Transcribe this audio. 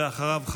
ואחריו,